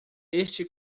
este